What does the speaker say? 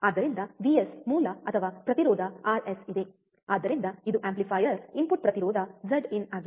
ಆದ್ದರಿಂದ ವಿಎಸ್ ಮೂಲ ಅಥವಾ ಪ್ರತಿರೋಧ ಆರ್ಎಸ್ ಇದೆಆದ್ದರಿಂದ ಇದು ಆಂಪ್ಲಿಫಯರ್ ಇನ್ಪುಟ್ ಪ್ರತಿರೋಧ ಝಡ್ ಇನ್ ಆಗಿದೆ